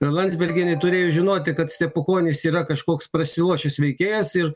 landsbergienė turėjo žinoti kad stepukonis yra kažkoks prasilošęs veikėjas ir